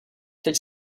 teď